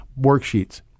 worksheets